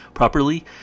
properly